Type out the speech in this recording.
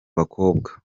bakobwa